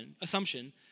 assumption